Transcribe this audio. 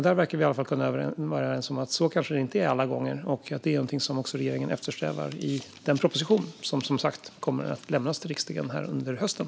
Där verkar vi i alla fall vara överens om att det kanske inte är så alla gånger. Men det är någonting som regeringen eftersträvar i den proposition som, som sagt, kommer att lämnas till riksdagen under hösten.